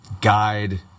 guide